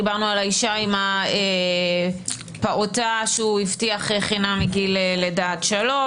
דיברנו על האישה עם הפעוטה שהוא הבטיח חינם מגיל לידה עד שלוש,